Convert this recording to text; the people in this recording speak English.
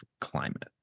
climate